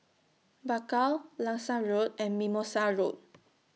Bakau Langsat Road and Mimosa Road